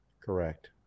Correct